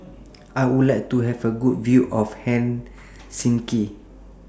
I Would like to Have A Good View of Helsinki